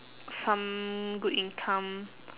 some good income